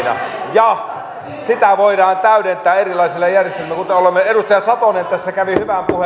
ja sitä voidaan täydentää erilaisilla järjestelmillä edustaja satonen tässä käytti